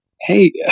hey